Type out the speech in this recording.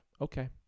Okay